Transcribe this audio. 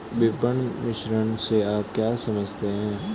विपणन मिश्रण से आप क्या समझते हैं?